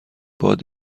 باد